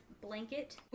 blanket